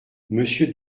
monsieur